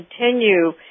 continue